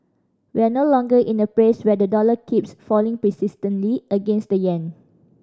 we're no longer in a phase where the dollar keeps falling persistently against the yen